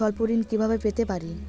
স্বল্প ঋণ কিভাবে পেতে পারি?